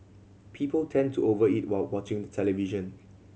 people tend to over eat while watching the television